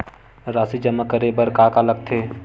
राशि जमा करे बर का का लगथे?